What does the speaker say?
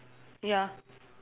ya